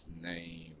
name